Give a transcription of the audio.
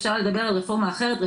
אפשר לדבר על רפורמה אחרת,